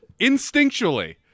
instinctually